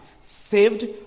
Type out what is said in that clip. Saved